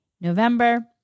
November